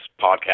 podcast